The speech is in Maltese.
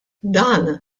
dan